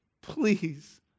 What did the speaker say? Please